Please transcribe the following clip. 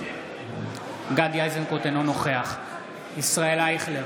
אינו נוכח ישראל אייכלר,